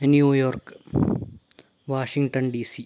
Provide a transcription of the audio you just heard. New York Washington DC